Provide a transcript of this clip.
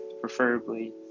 Preferably